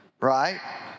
right